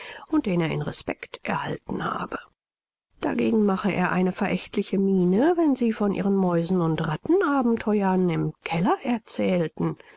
und den er in respekt erhalten habe dagegen mache er eine verächtliche miene wenn sie von ihren mäusenund ratten abenteuern im keller erzählten